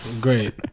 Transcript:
Great